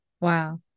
Wow